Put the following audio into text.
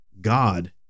God